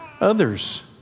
others